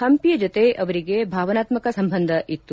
ಪಂಪಿಯ ಜೊತೆ ಅವರಿಗೆ ಭಾವನಾತ್ಮಕ ಸಂಬಂಧ ಇತ್ತು